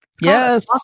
Yes